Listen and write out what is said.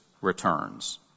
returns